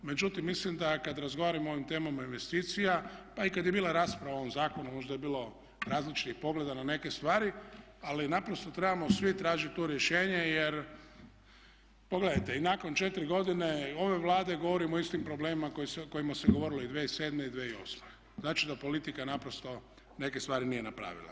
Međutim, mislim da kada razgovaramo o ovim temama investicija pa i kada je bila rasprava o ovom zakonu možda je bilo različitih pogleda na neke stvari ali naprosto trebamo svi tražiti tu rješenje jer pogledajte i nakon 4 godine ove Vlade govorimo o istim problemima o kojima se govorilo i 2007. i 2008. znači da politika naprosto neke stvari nije napravila.